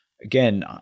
Again